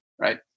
right